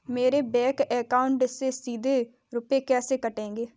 मेरे bank account से सीधे रुपए कैसे कटेंगे?